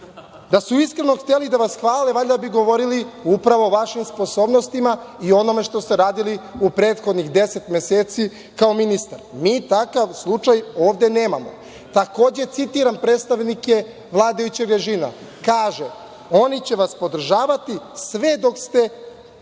su iskreno hteli da vas hvale, valjda bi govorili upravo o vašim sposobnostima i o onome što ste radili u prethodnih deset meseci kao ministar. Mi takav slučaj ovde nemamo. Takođe, citiram predstavnike vladajućeg režima, kaže – oni će vas podržavati sve dok ste,